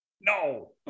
No